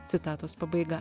citatos pabaiga